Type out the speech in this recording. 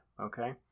okay